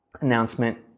announcement